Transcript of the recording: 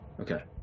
Okay